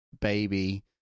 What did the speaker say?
baby